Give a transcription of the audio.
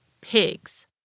pigs